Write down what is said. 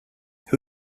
who